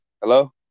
Hello